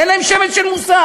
אין להם שמץ של מושג.